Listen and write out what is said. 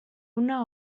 una